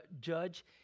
judge